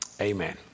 Amen